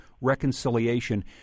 reconciliation